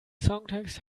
songtext